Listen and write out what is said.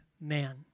man